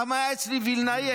פעם היה אצלי וילנאי,